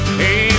hey